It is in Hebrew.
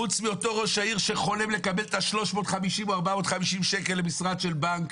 חוץ מאותו ראש עיר שחולם לקבל את ה-350 או 450 שקל למשרד של בנק.